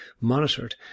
monitored